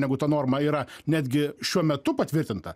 negu ta norma yra netgi šiuo metu patvirtinta